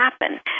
happen